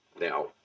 Now